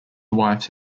wives